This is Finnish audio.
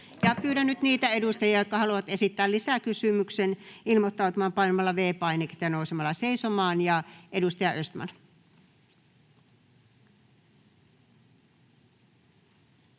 pyydän nyt niitä edustajia, jotka haluavat esittää lisäkysymyksen, ilmoittautumaan painamalla V-painiketta ja nousemalla seisomaan. — Ja edustaja Östman.